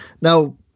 Now